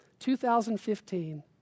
2015